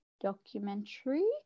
documentary